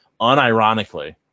unironically